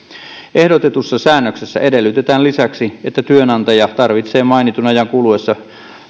ehdotetussa säännöksessä edellytetään lisäksi että työnantaja tarvitsee mainitun ajan kuluessa